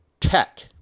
tech